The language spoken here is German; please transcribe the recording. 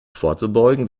vorzubeugen